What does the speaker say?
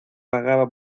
vagaba